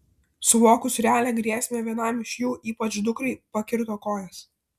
suvokus realią grėsmę vienam iš jų ypač dukrai pakirto kojas